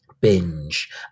Binge